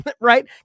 Right